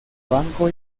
banco